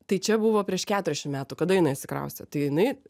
tai čia buvo prieš keturiasdešimt metų kada jinai atsikraustė tai jinai